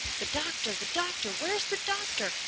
the doctor! the doctor! where's the doctor?